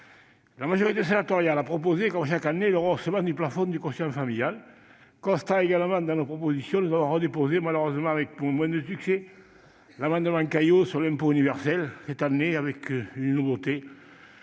La majorité sénatoriale a proposé, comme chaque année, le rehaussement du plafond du quotient familial. Constants dans nos propositions, nous avons redéposé, malheureusement avec moins de succès, l'« amendement Caillaux » sur l'impôt universel. Cette année, il comportait une nouveauté